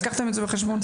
לקחתם את זה בחשבון?